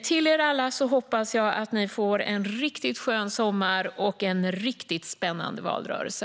Jag hoppas att ni alla får en riktigt skön sommar och en riktigt spännande valrörelse!